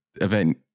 event